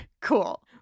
Cool